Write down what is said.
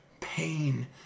pain